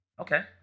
Okay